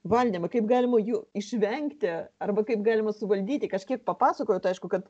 valdymą kaip galima jų išvengti arba kaip galima suvaldyti kažkiek papasakojot aišku kad